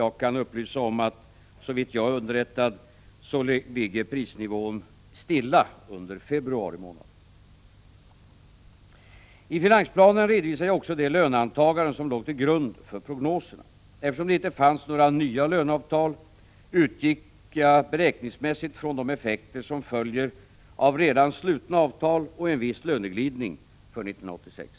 Jag kan upplysa om att enligt vad jag är underrättad om har prisnivån under februari månad legat stilla. I finansplanen redovisade jag också det löneantagande som låg till grund för prognoserna. Eftersom det inte fanns några nya löneavtal utgick jag beräkningsmässigt från de effekter som följer av redan slutna avtal och en viss löneglidning för 1986.